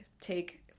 take